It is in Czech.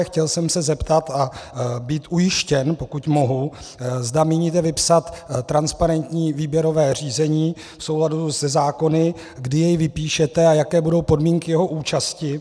Chtěl jsem se zeptat a být ujištěn, pokud mohu, zda míníte vypsat transparentní výběrové řízení v souladu se zákony, kdy jej vypíšete a jaké budou podmínky jeho účasti.